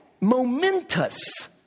momentous